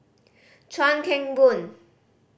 Chuan Keng Boon